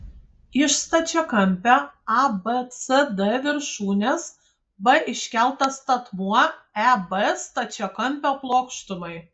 iš stačiakampio abcd viršūnės b iškeltas statmuo eb stačiakampio plokštumai